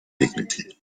dignity